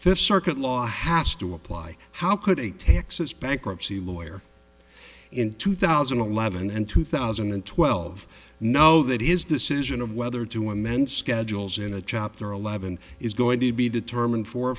fifth circuit law has to apply how could a texas bankruptcy lawyer in two thousand and eleven and two thousand and twelve know that is decision of whether to amend schedules in a chapter eleven is going to be determined four or